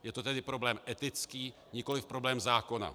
Je to tedy problém etický, nikoli problém zákona.